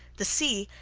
the sea,